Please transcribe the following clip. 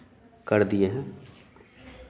कर दिए हैं